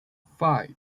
five